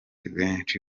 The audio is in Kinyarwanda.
benshi